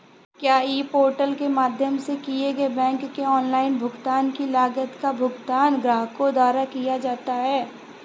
क्या e portal के माध्यम से किए गए बैंक के ऑनलाइन भुगतान की लागत का भुगतान ग्राहकों द्वारा किया जाता है?